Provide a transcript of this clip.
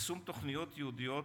יישום תוכניות ייעודיות